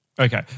Okay